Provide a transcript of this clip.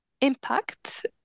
impact